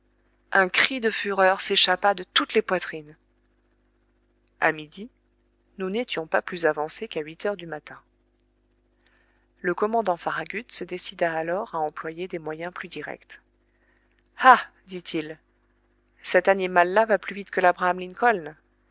un cri de fureur s'échappa de toutes les poitrines a midi nous n'étions pas plus avancés qu'à huit heures du matin le commandant farragut se décida alors à employer des moyens plus directs ah dit-il cet animal-là va plus vite que